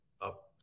up